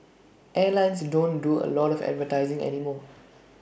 airlines don't do A lot of advertising anymore